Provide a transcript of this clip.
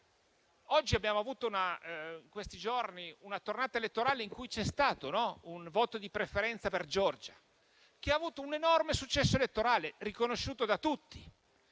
vi è stata una tornata elettorale in cui c'è stato un voto di preferenza per Giorgia, che ha avuto un enorme successo elettorale, riconosciuto da tutti.